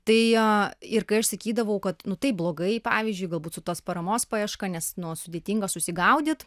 tai ir kai aš sakydavau kad nu taip blogai pavyzdžiui galbūt su tos paramos paieška nes nu sudėtinga susigaudyt